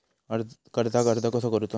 कर्जाक अर्ज कसो करूचो?